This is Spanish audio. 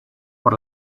por